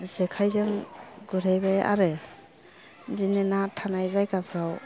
जेखाइ जों गुरहैबाय आरो बिदिनो ना थानाय जायगाफ्राव